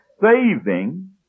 saving